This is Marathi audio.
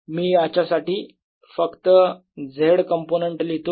मी याच्यासाठी फक्त z कंपोनेंट लिहीतो